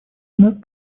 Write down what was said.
вновь